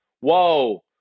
Whoa